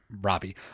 Robbie